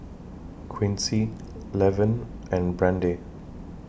Quincy Levin and Brande